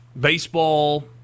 baseball